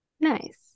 Nice